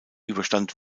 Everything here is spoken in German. überstand